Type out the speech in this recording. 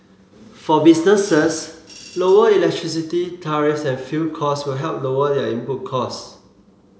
for businesses lower electricity tariffs and fuel costs will help lower their input costs